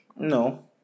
No